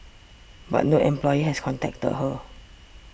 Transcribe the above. but no employer has contacted her